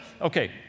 okay